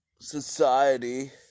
Society